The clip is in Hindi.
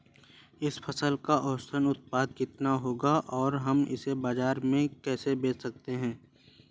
इस फसल का औसत उत्पादन कितना होगा और हम इसे बाजार में कैसे बेच सकते हैं?